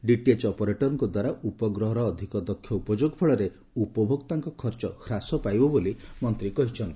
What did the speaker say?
DTH ଅପରେଟରଙ୍କ ଦ୍ୱାରା ଉପଗ୍ରହର ଅଧିକ ଦକ୍ଷ ଉପଯୋଗ ଫଳରେ ଉପଭୋକ୍ତାଙ୍କ ଖର୍ଚ୍ଚ ହ୍ରାସ ପାଇବା ବୋଲି ମନ୍ତ୍ରୀ କହିଚ୍ଚନ୍ତି